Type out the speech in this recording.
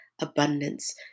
abundance